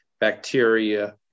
bacteria